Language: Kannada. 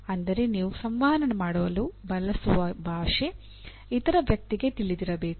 ಅಂದರೆ ನೀವು ಸಂವಹನ ಮಾಡಲು ಬಳಸುವ ಭಾಷೆ ಇತರ ವ್ಯಕ್ತಿಗೆ ತಿಳಿದಿರಬೇಕು